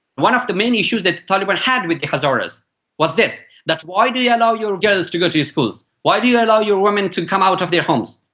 one of the main issues that the taliban had with the hazaras was this that why do you allow your girls to go to schools? why do you allow your women to come out of their homes?